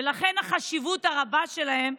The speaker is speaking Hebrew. ולכן החשיבות הרבה שלהם,